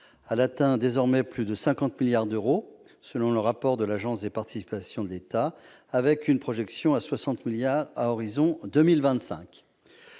qui atteint désormais plus de 50 milliards d'euros selon le rapport de l'Agence des participations de l'État, avec une projection à 60 milliards d'euros à